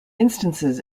instances